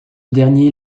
dernier